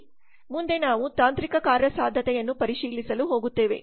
ಮುಂದೆ ನಾವು ತಾಂತ್ರಿಕ ಕಾರ್ಯಸಾಧ್ಯತೆಯನ್ನು ಪರಿಶೀಲಿಸಲು ಹೋಗುತ್ತೇವೆ